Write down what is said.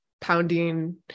Pounding